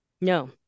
No